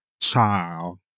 Child